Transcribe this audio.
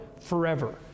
forever